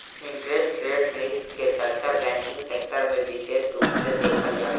interest rate risk के चर्चा banking sector में बिसेस रूप से देखल जाला